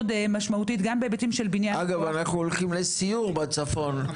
משמעותית גם בהיבטים של בניה --- אגב אנחנו הולכים לסיור לצפון,